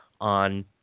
on